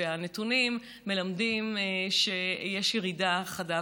והנתונים מלמדים שיש ירידה חדה,